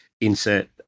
insert